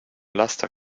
laster